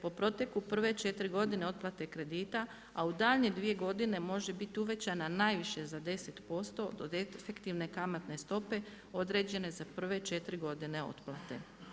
Te po proteku prve 4 godine otplate kredita a u daljnje dvije godine može biti uvećana najviše za 10% do efektivne kamatne stope određene za prve 4 godine otplate.